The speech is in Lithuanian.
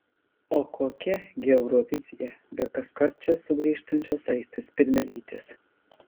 o kokia gi eurovizija be kaskart čia sugrįžtančios aistės pilvelytės